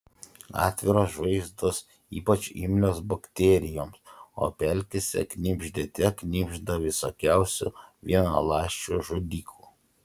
atviros žaizdos ypač imlios bakterijoms o pelkėse knibždėte knibžda visokiausių vienaląsčių žudikų